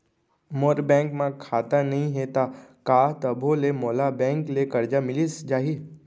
मोर bank म खाता नई हे त का तभो ले मोला बैंक ले करजा मिलिस जाही?